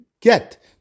get